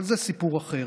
אבל זה סיפור אחר.